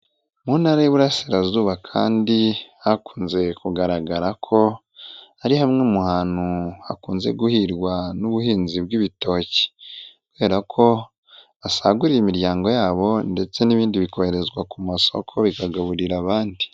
Mu ntara y'ububurasirazuba kandi hakunze kugaragara ko ari hamwe mu hantu hakunze guhirwa n'ubuhinzi bw'ibitoki kubera ko asaguriye imiryango yabo ndetse n'ibindi bikoherezwa ku masoko, bikagaburira abandi.